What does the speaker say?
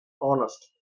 honest